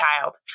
child